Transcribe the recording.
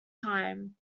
time